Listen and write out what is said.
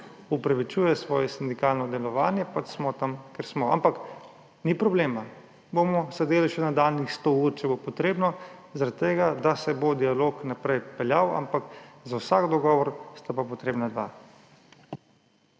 opravičuje svoje sindikalno delovanje, smo pač tam, kjer smo. Ampak ni problema, bomo sedeli še nadaljnjih sto ur, če bo potrebno, zaradi tega da se bo dialog naprej peljal. Za vsak dogovor sta pa potrebna dva.